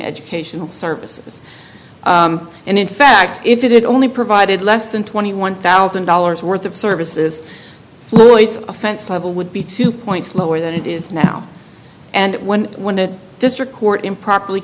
educational services and in fact if it only provided less than twenty one thousand dollars worth of services so it's offense level would be two points lower than it is now and when when the district court improperly